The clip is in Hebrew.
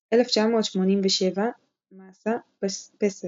1987 – מאש"ה, פסל